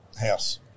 house